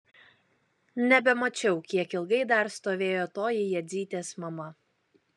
nebemačiau kiek ilgai dar stovėjo toji jadzytės mama